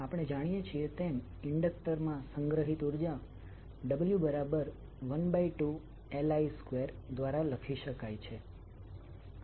આપણે જાણીએ છીએ તેમ ઇન્ડક્ટર માં સંગ્રહિત ઉર્જા w12Li2 દ્વારા લખી શકાય છે